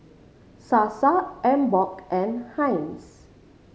Sasa Emborg and Heinz